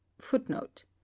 Footnote